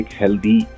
healthy